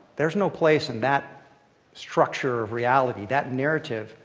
there's no place in that structure of reality, that narrative,